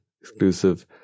exclusive